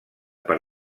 per